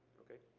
okay.